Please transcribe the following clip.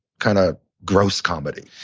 kind of gross comedy.